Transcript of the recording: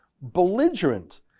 belligerent